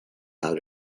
how